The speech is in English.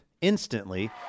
instantly